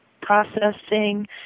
processing